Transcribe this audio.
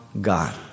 God